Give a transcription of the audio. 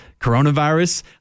coronavirus